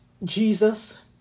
Jesus